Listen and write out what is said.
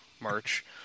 March